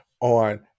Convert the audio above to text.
on